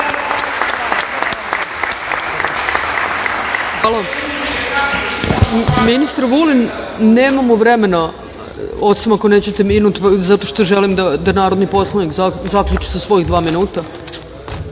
Ministre Vulin, nemamo vremena, osim ako nećete minut, zato što želim da narodni poslanik zaključi sa svojih dva